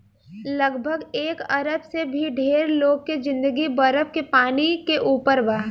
लगभग एक अरब से भी ढेर लोग के जिंदगी बरफ के पानी के ऊपर बा